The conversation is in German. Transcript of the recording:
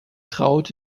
traut